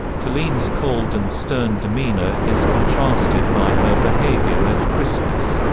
colleen's cold and stern demeanor is contrasted by her behavior at christmas.